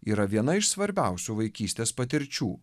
yra viena iš svarbiausių vaikystės patirčių